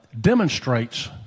demonstrates